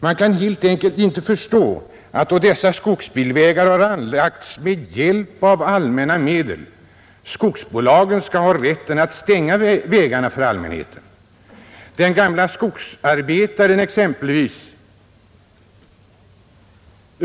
Man kan helt enkelt inte förstå att — då dessa skogsbilvägar har anlagts med hjälp av allmänna medel — skogsbolag skall ha rätt att stänga vägarna för allmänheten. Se exempelvis på den gamle skogsarbetaren. Det